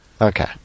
Okay